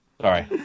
Sorry